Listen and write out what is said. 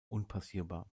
unpassierbar